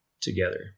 together